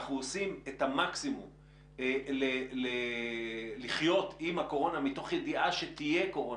אנחנו עושים את המקסימום לחיות עם הקורונה מתוך ידיעה שתהיה קורונה,